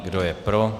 Kdo je pro?